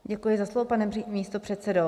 Děkuji za slovo, pane místopředsedo.